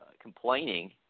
complaining